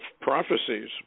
prophecies